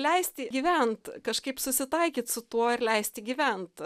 leisti gyvent kažkaip susitaikyt su tuo ir leisti gyvent